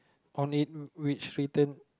only reach return